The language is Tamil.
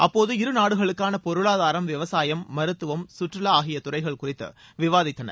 அப்போது இருநாடுகளுக்கான பொருளாதாரம் விவசாயம் மருத்துவம் கற்றுவா ஆகிய துறைகள் குறித்து விவாதித்தனர்